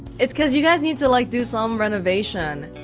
it's cause you guys need to like, do some renovations